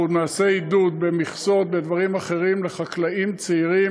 אנחנו נעשה עידוד במכסות ובדברים אחרים לחקלאים צעירים.